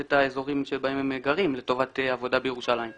את האזור בו הן גרות לטובת עבודה בירושלים.